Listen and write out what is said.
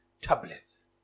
tablets